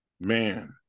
man